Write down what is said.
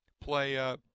play